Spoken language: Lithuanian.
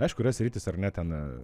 aišku yra sritys ar ne ten